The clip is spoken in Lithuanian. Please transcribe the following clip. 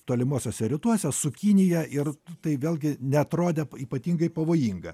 tolimuosiuose rytuose su kinija ir tai vėlgi neatrodė ypatingai pavojinga